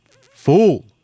fool